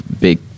big